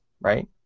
right